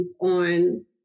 on